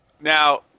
Now